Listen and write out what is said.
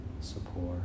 support